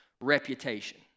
reputation